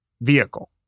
vehicle